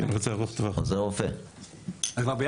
כי הרופא שאמור היה להגיע